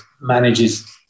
manages